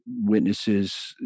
witnesses